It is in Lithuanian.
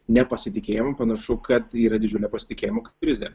nepasitikėjimą panašu kad yra didžiulė pasitikėjimo krizė